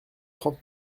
trente